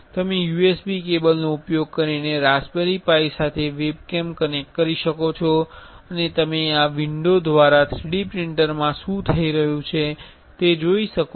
તમે USB કેબલનો ઉપયોગ કરીને રાસબરી પાઇ સાથે વેબકેમ કનેક્ટ કરી શકો છો અને તમે આ વિંડો દ્વારા 3D પ્રિંટરમાં શું થઈ રહ્યું છે તે જોઈ શકો છો